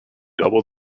double